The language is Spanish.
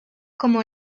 como